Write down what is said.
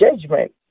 judgment